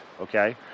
okay